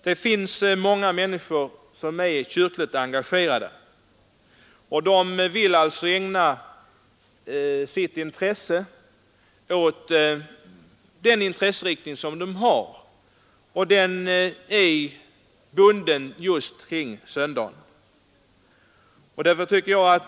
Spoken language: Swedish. Det finns många människor som är kyrkligt engagerade, och de vill ägna sig åt denna intresseinriktning som är bunden just kring söndagen.